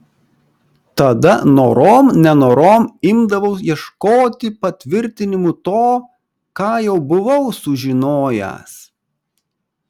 tada norom nenorom imdavau ieškoti patvirtinimų to ką jau buvau sužinojęs